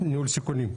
ניהול סיכונים.